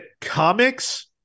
comics